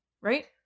right